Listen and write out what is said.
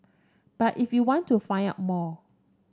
but if you want to find out more